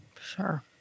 Sure